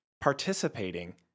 participating